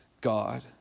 God